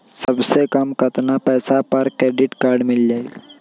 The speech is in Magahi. सबसे कम कतना पैसा पर क्रेडिट काड मिल जाई?